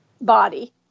body